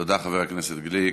תודה, חבר הכנסת גליק.